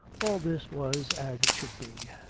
all this was as it should be.